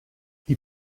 die